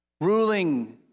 Ruling